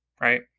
right